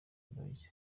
boyz